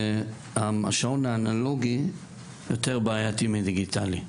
השעון האנלוגי יותר בעייתי מדיגיטלי.